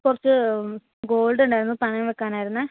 കുറച്ച് ഗോൾഡ് ഉണ്ടായിരുന്നു പണയം വയ്ക്കാൻ ആയിരുന്നു